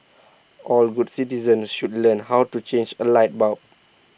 all good citizens should learn how to change A light bulb